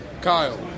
Kyle